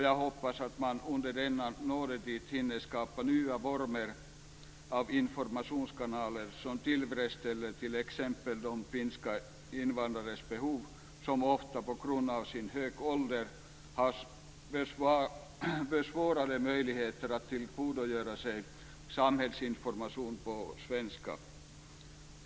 Jag hoppas att man under denna nådatid hinner skapa nya former av informationskanaler som tillfredsställer t.ex. de finska invandrares behov som ofta på grund av sin höga ålder har försvårade möjligheter att tillgodogöra sig samhällsinformation på svenska.